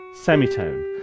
semitone